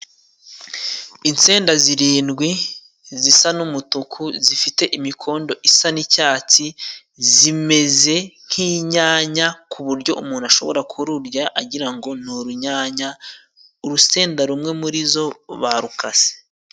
Insenda zirindwi zisa n'umutuku zifite imikondo isa n'icyatsi, zimeze nk'inyanya, ku buryo umuntu ashobora kururya agira ngo ni urunyanya. Urusenda rumwe muri zo barukase.